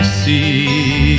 see